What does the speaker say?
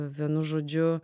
vienu žodžiu